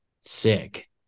sick